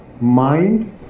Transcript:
Mind